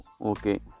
Okay